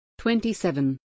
27